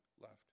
left